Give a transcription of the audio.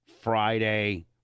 Friday